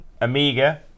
Amiga